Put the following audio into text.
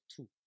two